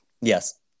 yes